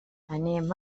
anem